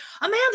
Amanda